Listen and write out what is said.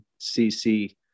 cc